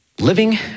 living